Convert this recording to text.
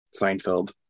Seinfeld